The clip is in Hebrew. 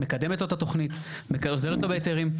מקדמת לו את התוכנית, עוזרת לו בהיתרים.